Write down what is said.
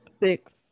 six